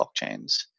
blockchains